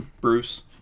Bruce